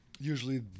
Usually